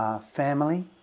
family